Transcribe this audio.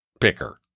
picker